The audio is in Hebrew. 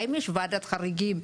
האם יש ועדת חריגים?